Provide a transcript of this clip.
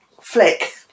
flick